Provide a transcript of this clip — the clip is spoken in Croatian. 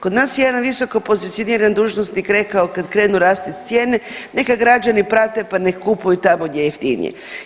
Kod nas je jedan visoko pozicioniran dužnosnik rekao kad krenu rasti cijene neka građani prate, pa nek' kupuju tamo gdje je jeftinije.